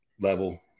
level